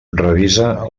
revisa